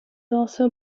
also